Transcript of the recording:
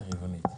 במקום הרבעוני,